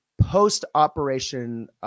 post-operation